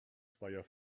speyer